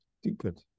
stupid